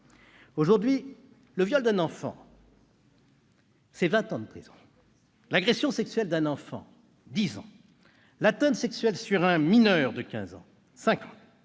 Aujourd'hui, le viol d'un enfant, c'est vingt ans de prison ; l'agression sexuelle d'un enfant, dix ans ; l'atteinte sexuelle sur un mineur de quinze ans,